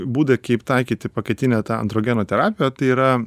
būdai kaip taikyti pakaitinę tą androgeno terapiją tai yra